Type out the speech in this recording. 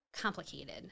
complicated